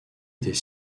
était